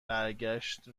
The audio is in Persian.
برگشت